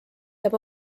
jääb